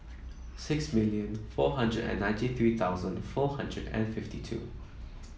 six million four hundred and ninety three thousand four hundred and fifty two